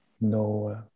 no